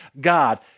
God